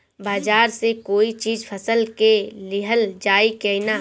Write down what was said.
बाजार से कोई चीज फसल के लिहल जाई किना?